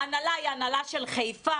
ההנחה תהיה הנהלה של חיפה.